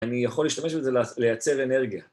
אני יכול להשתמש בזה לייצר אנרגיה.